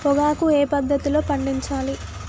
పొగాకు ఏ పద్ధతిలో పండించాలి?